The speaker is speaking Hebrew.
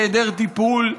בהיעדר טיפול,